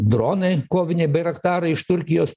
dronai koviniai bairaktarai iš turkijos